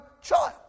child